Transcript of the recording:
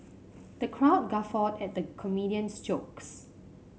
the crowd guffawed at the comedian's jokes